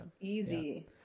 Easy